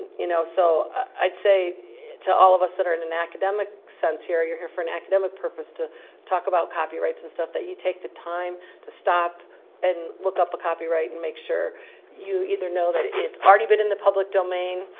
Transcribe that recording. you know so i'd say to all of us that are in an academic sense here, you're here for an academic purpose to talk about copyrights and stuff, that you take the time to stop and look up a copyright and make sure you either know that it's already been in the public domain,